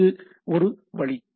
எனவே இது ஒரு வழி